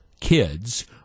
kids